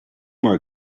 more